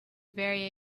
very